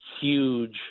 huge